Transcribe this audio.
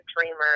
dreamer